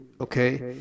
okay